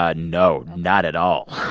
ah no, not at all.